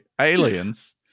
aliens